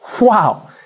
Wow